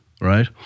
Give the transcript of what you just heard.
right